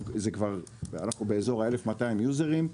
אנחנו כבר באזור 1,200 יוזרים,